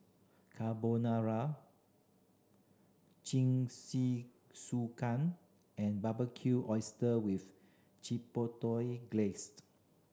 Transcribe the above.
Carbonara Jingisukan and Barbecued Oyster with Chipotle Glaze